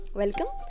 welcome